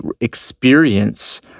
experience